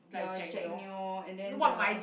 your Jack-Neo then the